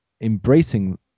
embracing